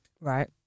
Right